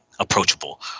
approachable